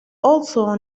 also